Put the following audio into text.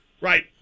Right